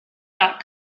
dot